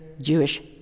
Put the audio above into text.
Jewish